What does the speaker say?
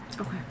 Okay